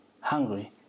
hungry